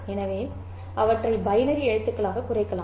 எனவே அவற்றை பைனரி எழுத்துக்களாகக் குறைக்கலாம்